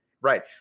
Right